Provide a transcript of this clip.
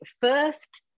first